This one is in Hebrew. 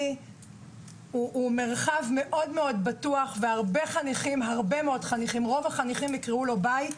הוא מרחב מאוד בטוח ורוב החניכים יקראו לו בית.